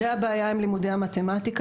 זו הבעיה עם לימודי המתמטיקה.